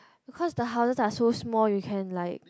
because the houses are so small you can like